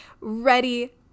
ready